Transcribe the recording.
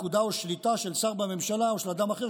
פקודה או שליטה של שר בממשלה או של אדם אחר